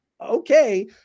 okay